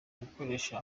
gukoresha